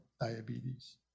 diabetes